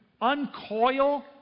uncoil